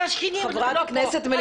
כי השכנים לא פה.